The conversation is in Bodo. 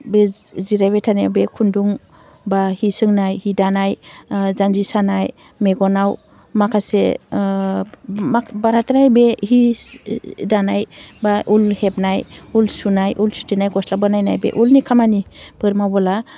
बे जिरायबाय थानाय बे खुन्दुं बा जि सोंनाय जि दानाय ओह जान्जि सानाय मेग'नाव माखासे बाराद्राय बे जि दानाय बा उल हेबनाय उल सुनाय उल सुथेनाय गस्ला बानायनाय बे उलनि खामानि फोर मावबोला